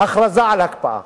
הכרזה על הקפאה,